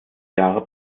jahre